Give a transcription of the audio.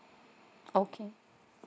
okay